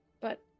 But-